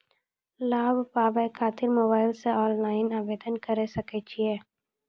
लाभ पाबय खातिर मोबाइल से ऑनलाइन आवेदन करें सकय छियै?